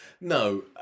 No